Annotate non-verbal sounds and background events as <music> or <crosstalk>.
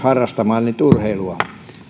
<unintelligible> harrastamaan urheilua